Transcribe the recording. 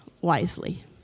wisely